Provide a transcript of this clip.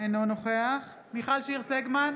אינו נוכח מיכל שיר סגמן,